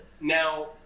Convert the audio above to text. Now